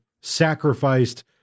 sacrificed